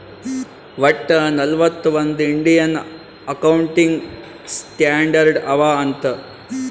ವಟ್ಟ ನಲ್ವತ್ ಒಂದ್ ಇಂಡಿಯನ್ ಅಕೌಂಟಿಂಗ್ ಸ್ಟ್ಯಾಂಡರ್ಡ್ ಅವಾ ಅಂತ್